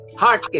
heart